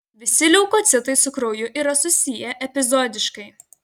visi leukocitai su krauju yra susiję epizodiškai